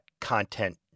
content